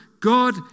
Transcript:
God